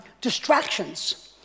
distractions